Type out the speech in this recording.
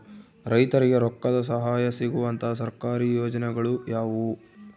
ರೈತರಿಗೆ ರೊಕ್ಕದ ಸಹಾಯ ಸಿಗುವಂತಹ ಸರ್ಕಾರಿ ಯೋಜನೆಗಳು ಯಾವುವು?